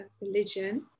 religion